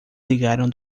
ligaram